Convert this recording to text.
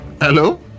Hello